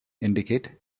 indicate